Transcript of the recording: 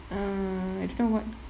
uh